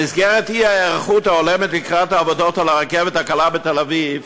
במסגרת האי-היערכות ההולמת לקראת העבודות על הרכבת הקלה בתל-אביב,